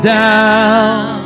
down